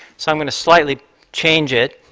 so i'm going to slightly change it